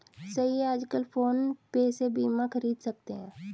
सही है आजकल फ़ोन पे से बीमा ख़रीद सकते हैं